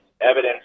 evidence